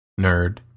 Nerd